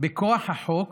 בכוח החוק